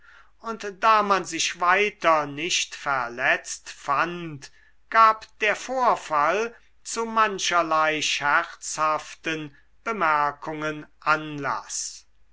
und da man sich weiter nicht verletzt fand gab der vorfall zu mancherlei scherzhaften bemerkungen anlaß